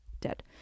dead